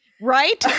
Right